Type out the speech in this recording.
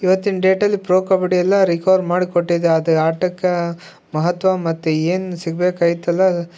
ಇವತ್ತಿನ ಡೇಟಲ್ಲಿ ಪ್ರೊ ಕಬಡ್ಡಿಯೆಲ್ಲಾ ರಿಕವರ್ ಮಾಡಿ ಕೊಟ್ಟಿದ್ದೆ ಅದು ಆಟಕ್ಕೆ ಮಹತ್ವ ಮತ್ತು ಏನು ಸಿಗಬೇಕಾಗಿತ್ತಲ್ಲ